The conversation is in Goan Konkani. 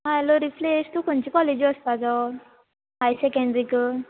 हय हॅलो रितेश तूं खंयचे कॉलेजी वचपाचो हाय सॅकेंड्रीक